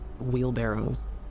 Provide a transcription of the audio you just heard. wheelbarrows